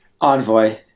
Envoy